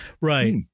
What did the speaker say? Right